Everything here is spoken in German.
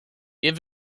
wir